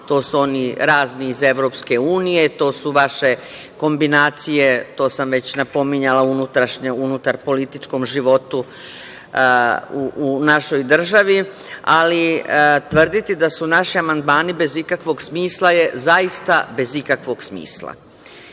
to su oni razni iz EU, to su vaše kombinacije, to sam već napominjala unutar političkom životu u našoj državi, ali tvrditi da su naši amandmani bez ikakvog smisla je zaista bez ikakvog smisla.kada